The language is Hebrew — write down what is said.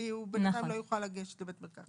כי בינתיים הוא לא יוכל לגשת לבית מרקחת.